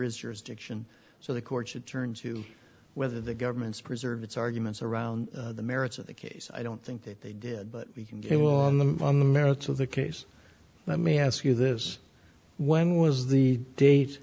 is yours diction so the court should turn to whether the government's preserve its arguments around the merits of the case i don't think that they did but we can get was on the on the merits of the case let me ask you this when was the date